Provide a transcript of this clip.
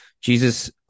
Jesus